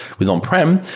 with on-prem,